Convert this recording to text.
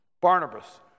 Barnabas